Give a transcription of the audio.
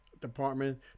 department